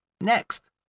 Next